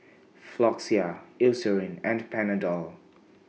Floxia Eucerin and Panadol